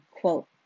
quote